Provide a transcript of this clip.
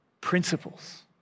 principles